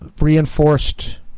reinforced